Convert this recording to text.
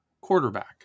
quarterback